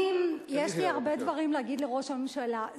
יש לי הרבה דברים להגיד לראש הממשלה,